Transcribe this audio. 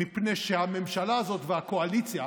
מפני שהממשלה הזאת והקואליציה